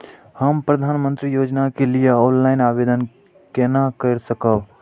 हम प्रधानमंत्री योजना के लिए ऑनलाइन आवेदन केना कर सकब?